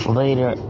later